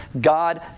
God